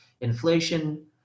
inflation